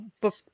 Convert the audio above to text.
book